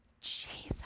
jesus